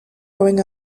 going